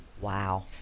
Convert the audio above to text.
Wow